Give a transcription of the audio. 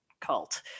cult